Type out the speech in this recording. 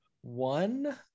one